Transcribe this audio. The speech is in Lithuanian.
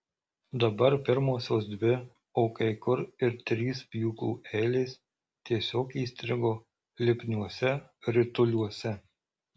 dabar pirmosios dvi o kai kur ir trys pjūklų eilės tiesiog įstrigo lipniuose rituliuose